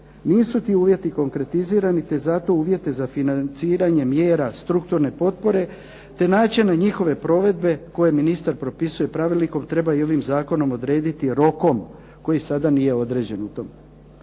nisu ti uvjeti konkretizirani te zato uvjete za financiranje mjera strukturne potpore te načine njihove provedbe, koje ministar propisuje pravilnikom treba i ovim zakonom odrediti rokom, koji sada nije određen u tom.